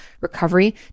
recovery